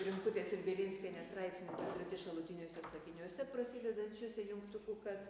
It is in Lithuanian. rimkutės ir bilinskienės straipsnis bendratis šalutiniuose sakiniuose prasidedančiuose jungtuku kad